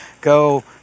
go